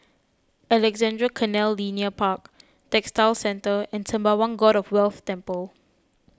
Alexandra Canal Linear Park Textile Centre and Sembawang God of Wealth Temple